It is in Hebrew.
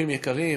אורחים יקרים,